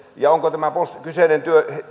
ja se onko tämä postin kyseinen